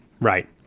Right